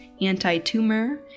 anti-tumor